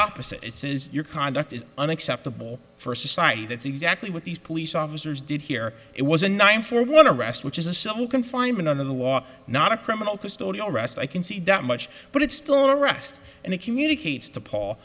opposite it says your conduct is unacceptable for society that's exactly what these police officers did here it was a nine four want to arrest which is a civil confinement under the law not a criminal custodial rest i can see that much but it still arrest and it communicates to paul